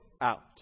out